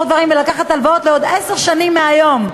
דברים ולקחת הלוואות לעוד עשר שנים מהיום.